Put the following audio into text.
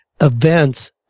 events